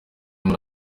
muri